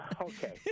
okay